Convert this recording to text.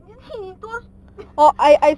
一直踢你多